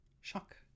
shock